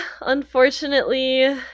unfortunately